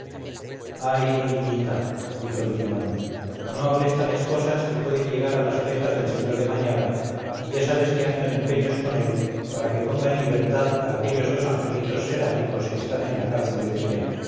ay mi niñita dijo el tío mano no hables tales cosas que pueden llegar a las orejas del sr de mañara y ya sabes que ando en empeños con él para que ponga en libertad a aquellos dos angelitos seráficos que están en la cárcel de villa